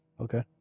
Okay